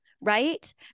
right